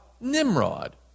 Nimrod